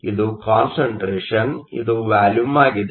ಇದು ಕಾನ್ಸಂಟ್ರೇಷನ್ ಇದು ವಾಲ್ಯುಮ್ ಆಗಿದೆ